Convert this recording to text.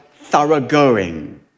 thoroughgoing